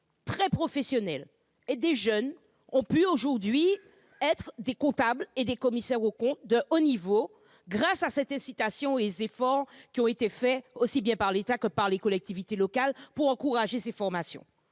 sont ouvertes, et des jeunes peuvent aujourd'hui être des comptables et des commissaires aux comptes de haut niveau, grâce à cette incitation et aux efforts qui ont été fournis aussi bien par l'État que par les collectivités locales pour encourager ces formations.